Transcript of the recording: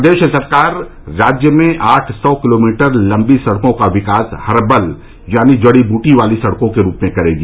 प्रदेश सरकार राज्य में आठ सौ किलोमीटर लंबी सडकों का विकास हर्बल यानी जड़ी बूटी वाली सड़कों के रूप में करेगी